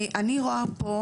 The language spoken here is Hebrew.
אני רואה פה,